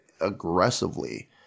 aggressively